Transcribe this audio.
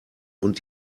und